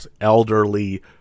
elderly